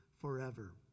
forever